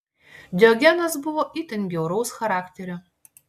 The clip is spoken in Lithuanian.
diogenas buvo itin bjauraus charakterio